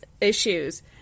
issues